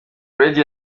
radio